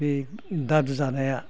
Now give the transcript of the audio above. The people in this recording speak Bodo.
बै दादु जानाया